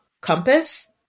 compass